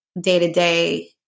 day-to-day